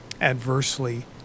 adversely